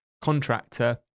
contractor